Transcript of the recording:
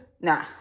Nah